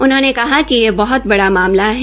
उन्होंने कहा कि ये बह्त बड़ा मामला है